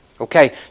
Okay